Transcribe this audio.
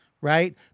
right